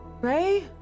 Ray